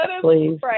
please